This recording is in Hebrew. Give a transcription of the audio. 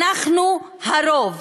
אנחנו הרוב.